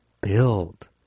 build